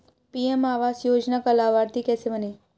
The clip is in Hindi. पी.एम आवास योजना का लाभर्ती कैसे बनें?